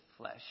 flesh